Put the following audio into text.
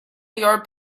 your